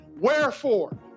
Wherefore